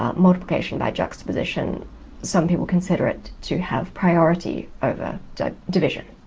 um multiplication by juxtaposition some people consider it to have priority over division.